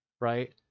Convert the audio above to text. Right